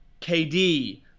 KD –